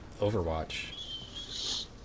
Overwatch